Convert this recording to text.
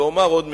ואומר עוד משפט,